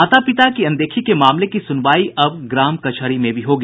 माता पिता की अनदेखी के मामले की सुनवाई अब ग्राम कचहरी में भी होगी